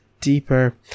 Deeper